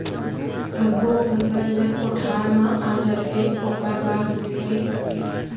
सब्बो फसल जब कोठार म आ जाथे ओकर बाद मिंसाई करथे